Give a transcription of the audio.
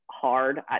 hard